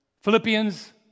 Philippians